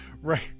right